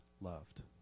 loved